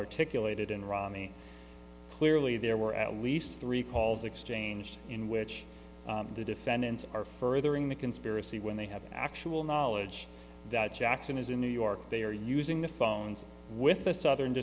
articulated in ronnie clearly there were at least three calls exchanged in which the defendants are furthering the conspiracy when they have an actual knowledge that jackson is in new york they are using the phones with the southern